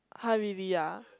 [huh] really ah